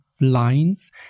lines